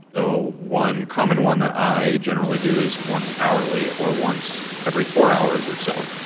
ah one common one that i generally do is once hourly or once every four hours or so,